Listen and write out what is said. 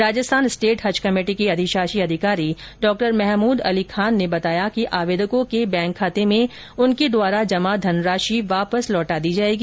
Rajasthan state Haj committee के अधिशाषी अधिकारी डॉ महमूद अली खान ने बताया कि आवेदकों के बैंक खाते में उनके द्वारा जमा धन राशि वापस लौटा दी जायेगी